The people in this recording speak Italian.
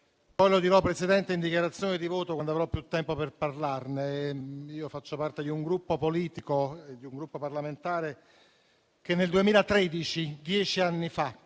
poi dirò in dichiarazione di voto, quando avrò più tempo per parlarne, faccio parte di una formazione politica e di un Gruppo parlamentare che nel 2013, dieci anni fa,